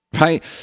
Right